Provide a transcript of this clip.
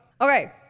Okay